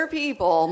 people